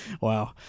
Wow